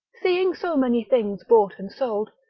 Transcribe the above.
seeing so many things bought and sold,